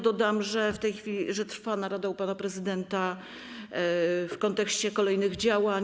Dodam, że w tej chwili trwa narada u pana prezydenta w kontekście kolejnych działań.